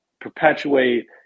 perpetuate